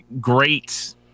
great